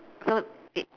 so it